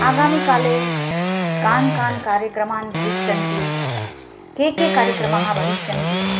आगामिकाले के के कार्यक्रमाः भविष्यन्ति के के कार्यक्रमाः भविष्यन्ति